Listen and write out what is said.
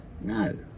No